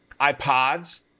iPods